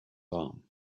arm